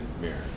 mirror